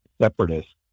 separatists